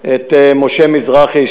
את משה מזרחי,